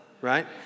right